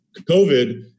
COVID